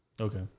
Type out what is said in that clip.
Okay